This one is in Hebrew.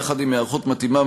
יחד עם היערכות מתאימה,